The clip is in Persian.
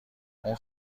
اون